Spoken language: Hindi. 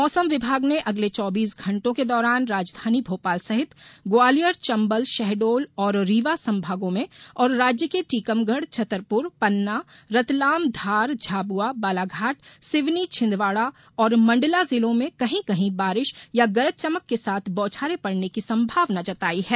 मौसम विभाग ने अगले चौबीस घंटों के दौरान राजधानी भोपाल सहित ग्वालियर चंबल शहडोल और रीवा संभागों में और राज्य के टीकमगढ़ छतरपुर पन्ना रतलाम धार झाबुआ बालाघाट सिवनी छिंदवाड़ा और मण्डला जिलों में कहीं कहीं बारिश या गरज चमक के साथ बौछारें पड़ने की संभावना जताई है